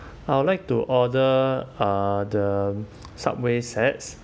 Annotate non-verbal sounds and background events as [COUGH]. I would like to order uh the [NOISE] Subway set